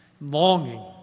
Longing